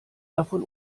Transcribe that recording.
davon